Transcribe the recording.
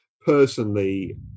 personally